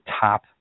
top